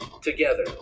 together